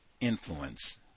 influence